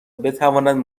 بتواند